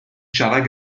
siarad